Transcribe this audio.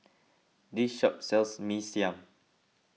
this shop sells Mee Siam